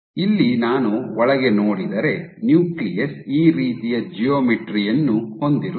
ಇಲ್ಲಿ ನಾನು ಒಳಗೆ ನೋಡಿದರೆ ನ್ಯೂಕ್ಲಿಯಸ್ ಈ ರೀತಿಯ ಜಿಯೋಮೆಟ್ರಿ ಯನ್ನು ಹೊಂದಿರುತ್ತದೆ